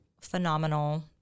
Phenomenal